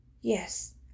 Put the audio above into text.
Yes